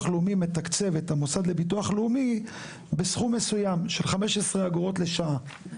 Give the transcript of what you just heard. הלאומי מתקצב את המוסד לביטוח לאומי בסכום מסוים של 15 אגורות לשעה.